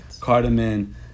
cardamom